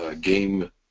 game